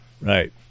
Right